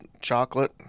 chocolate